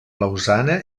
lausana